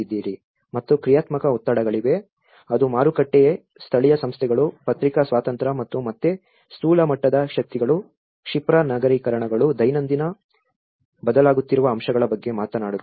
ಮತ್ತು ಕ್ರಿಯಾತ್ಮಕ ಒತ್ತಡಗಳಿವೆ ಅದು ಮಾರುಕಟ್ಟೆ ಸ್ಥಳೀಯ ಸಂಸ್ಥೆಗಳು ಪತ್ರಿಕಾ ಸ್ವಾತಂತ್ರ್ಯ ಮತ್ತು ಮತ್ತೆ ಸ್ಥೂಲ ಮಟ್ಟದ ಶಕ್ತಿಗಳು ಕ್ಷಿಪ್ರ ನಗರೀಕರಣಗಳು ದೈನಂದಿನ ಬದಲಾಗುತ್ತಿರುವ ಅಂಶಗಳ ಬಗ್ಗೆ ಮಾತನಾಡುತ್ತವೆ